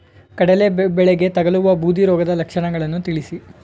ಕಡಲೆ ಬೆಳೆಗೆ ತಗಲುವ ಬೂದಿ ರೋಗದ ಲಕ್ಷಣಗಳನ್ನು ತಿಳಿಸಿ?